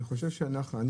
תודה רבה, אדוני היושב-ראש.